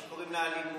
שקוראים לאלימות,